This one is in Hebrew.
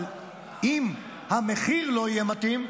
אבל אם המחיר לא יהיה מתאים,